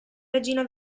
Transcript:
regina